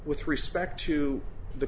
with respect to the